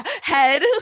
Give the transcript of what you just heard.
head